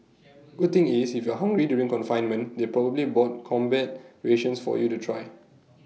good thing is if you're hungry during confinement they probably bought combat rations for you to try